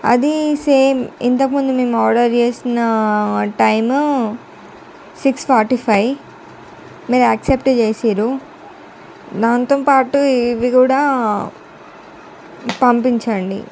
అది సేమ్ ఇంతకు ముందు మీ ఆర్డర్ చేసిన టైం సిక్స్ ఫార్టీ ఫైవ్ మీరు యాక్సెప్ట్ చేసిర్రు దానితోపాటు ఇవి కూడా పంపించండి